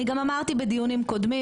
אני גם אמרתי בדיונים קודמים,